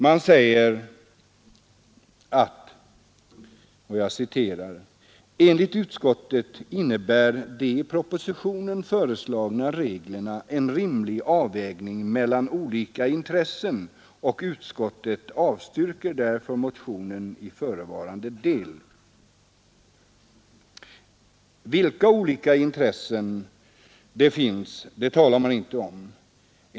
Man säger: ”Enligt utskottet innebär de i propositionen föreslagna reglerna en rimlig avvägning mellan olika intressen och utskottet avstyrker därför motionen i förevarande del.” Vilka olika intressen som finns talar man inte om.